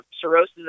cirrhosis